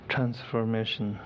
Transformation